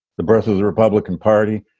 the birth of the republican party,